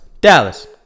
Dallas